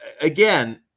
again